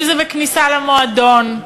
אם בכניסה למועדון,